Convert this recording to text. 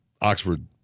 Oxford